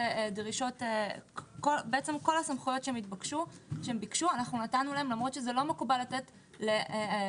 כל הסמכויות שהם ביקשו נתנו להם למרות שלא